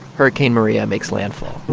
hurricane maria makes landfall